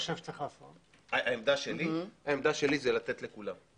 העמדה שלי היא לתת לכולם.